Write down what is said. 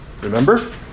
remember